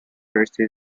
thirsty